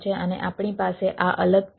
અને આપણી પાસે આ અલગ ટ્રી છે